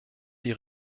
die